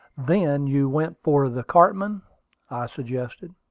then you went for the cartman, i suggested.